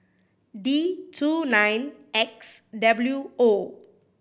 D two nine X W O